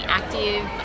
active